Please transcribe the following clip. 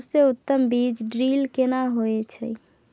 सबसे उत्तम बीज ड्रिल केना होए छै?